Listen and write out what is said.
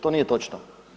To nije točno.